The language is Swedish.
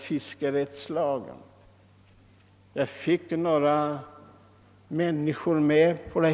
Vid de nämnda tillfällena fick jag några ledamöter med mig.